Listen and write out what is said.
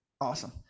Awesome